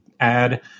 add